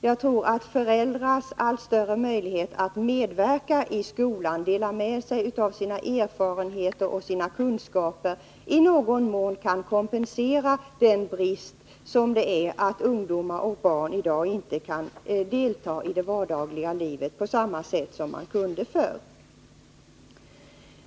Jag tror att föräldrars allt större möjlighet att medverka i skolan, dela med sig av sina erfarenheter och kunskaper, i någon mån kan kompensera den brist som det innebär att ungdomar och barn i dag inte kan delta i det vardagliga livet på samma sätt som de kunde förr.